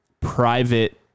private